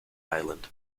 island